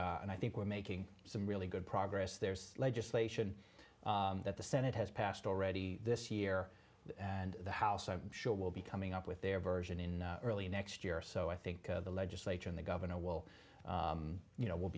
and and i think we're making some really good progress there's legislation that the senate has passed already this year and the house i'm sure will be coming up with their version in early next year so i think the legislature and the governor will you know w